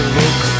look